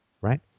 right